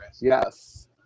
Yes